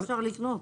איך אפשר לקנות?